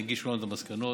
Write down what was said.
יגישו את המסקנות,